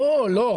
לא, לא.